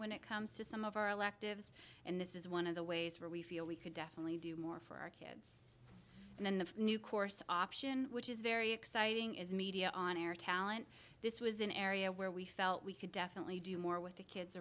when it comes to some of our electives and this is one of the ways where we feel we could definitely do more for our kids and then the new course option which is very exciting is media on air talent this was an area where we felt we could definitely do more with the kids